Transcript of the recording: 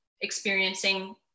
experiencing